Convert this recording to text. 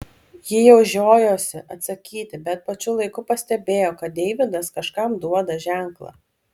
ji jau žiojosi atsakyti bet pačiu laiku pastebėjo kad deividas kažkam duoda ženklą